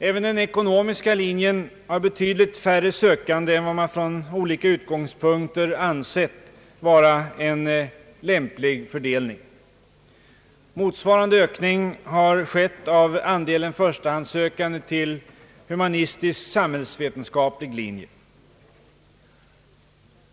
Även den ekonomiska linjen har betydligt färre sökande än vad man från olika utgångspunkter ansett vara en lämplig fördelning. Motsvarande ökning har skett av andelen förstahandssökande till humanistisk-samhällsvetenskaplig linje.